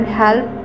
help